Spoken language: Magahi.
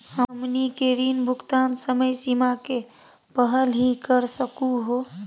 हमनी के ऋण भुगतान समय सीमा के पहलही कर सकू हो?